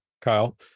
Kyle